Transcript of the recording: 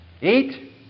eat